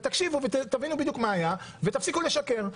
ותקשיבו מה היה ותפסיקו לשקר.